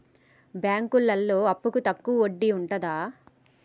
బ్యాంకులలో అప్పుకు తక్కువ వడ్డీ ఉంటదా?